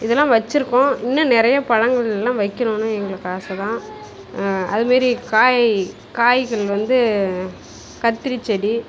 இதெல்லாம் வச்சிருக்கோம் இன்னும் நிறைய பழங்கள்லாம் வைக்கணும்னு எங்களுக்கு ஆசை தான் அதை மாரி காய் காய்கள் வந்து கத்திரி செடி